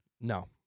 No